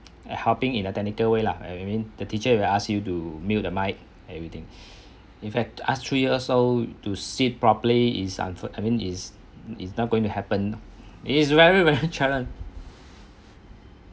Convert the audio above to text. and helping in a technical way lah I I mean the teacher will ask you to mute the mic everything in fact ask three years old to sit properly is unf~ I mean is is not going to happen it is very very challenge